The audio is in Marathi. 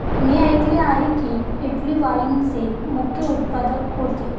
मी ऐकले आहे की, इटली वाईनचे मुख्य उत्पादक होते